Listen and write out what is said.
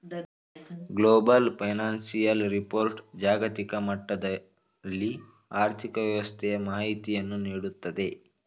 global financial report ಜಾಗತಿಕ ಮಟ್ಟದಲ್ಲಿ ಆರ್ಥಿಕ ವ್ಯವಸ್ಥೆಯ ಮಾಹಿತಿಯನ್ನು ನೀಡುತ್ತದೆ